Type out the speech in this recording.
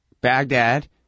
Baghdad